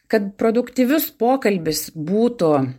kad produktyvius pokalbis būtų